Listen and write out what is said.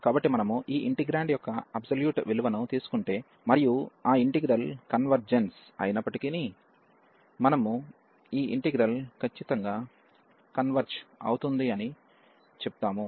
కాబట్టి మనము ఈ ఇంటెగ్రాండ్ యొక్క అబ్సొల్యూట్ విలువను తీసుకుంటే మరియు ఆ ఇంటిగ్రల్ కన్వెర్జెన్స్ అయినప్పటికీ మనము ఇంటిగ్రల్ ఖచ్చితంగా కన్వెర్జ్ అవుతుంది అని చెప్తాము